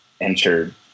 entered